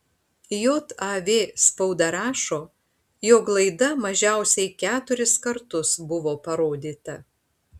jav spauda rašo jog laida mažiausiai keturis kartus buvo parodyta